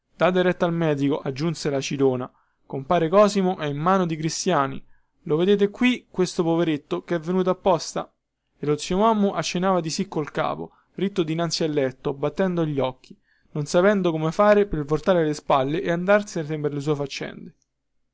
date retta al medico aggiunse la cilona compare cosimo è in mano di cristiani lo vedete qui questo poveretto che è venuto apposta e lo zio mommu accennava di sì con il capo ritto dinanzi al letto battendo gli occhi non sapendo come fare per voltare le spalle ed andarsene per le sue faccende